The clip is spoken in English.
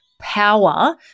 power